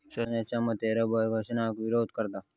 शास्त्रज्ञांच्या मते रबर घर्षणाक विरोध करता